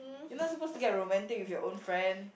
you're not suppose to get romantic with your own friend